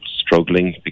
struggling